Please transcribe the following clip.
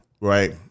right